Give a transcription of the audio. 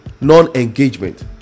Non-engagement